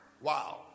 Wow